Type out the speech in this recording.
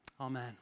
amen